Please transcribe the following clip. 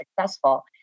successful